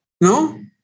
No